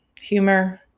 Humor